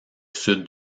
sud